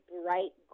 bright